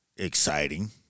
exciting